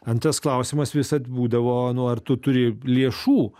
antras klausimas visad būdavo nu ar tu turi lėšų